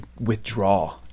withdraw